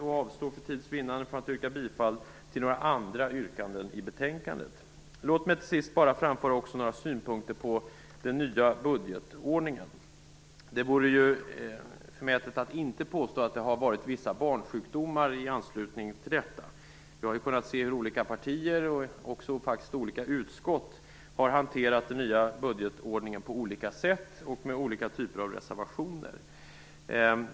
Jag avstår för tids vinnande från att hemställa om bifall till några andra yrkanden i betänkandet. Låt mig till sist bara framföra några synpunkter på den nya budgetordningen. Det vore förmätet att inte påstå att det har varit vissa barnsjukdomar i anslutning till denna. Vi har kunnat se hur olika partier och faktiskt även olika utskott har hanterat den nya budgetordningen på olika sätt och med olika typer av reservationer.